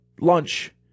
lunch